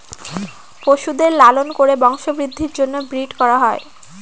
পশুদের লালন করে বংশবৃদ্ধির জন্য ব্রিড করা হয়